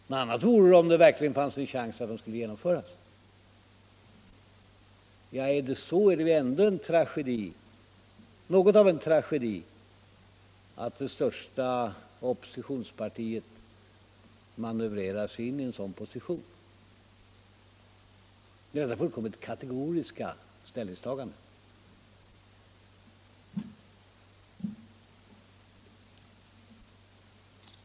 Men annat vore det om det verkligen fanns en chans att de skulle genomföras. Ja, är det så, är det ändå något av en tragedi att det största oppositionspartiet manövrerar sig in i en sådan position genom sitt fullständigt kategoriska ställningstagande.